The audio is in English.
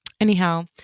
Anyhow